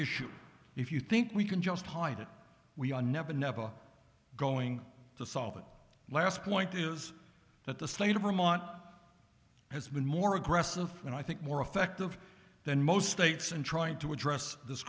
issue if you think we can just hide it we are never never going to solve that last point is that the slate of vermont has been more aggressive and i think more effective than most states and trying to address this